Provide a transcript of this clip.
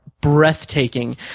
breathtaking